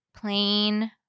plain